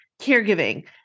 caregiving